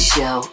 Show